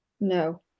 no